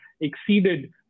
exceeded